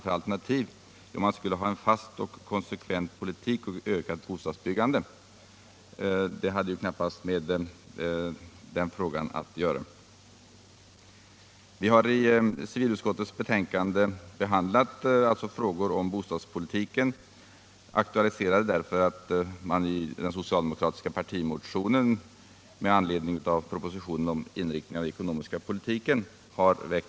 På den frågan svarade han att man skulle ha en fast och konsekvent politik och ett ökat bostadsbyggande. Det hade ju knappast med den frågan att göra. I civilutskottets betänkande behandlas alltså frågor om bostadspolitiken som aktualiserats i socialdemokraternas partimotion med anledning av propositionen om inriktningen av den ekonomiska politiken.